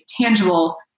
tangible